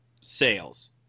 sales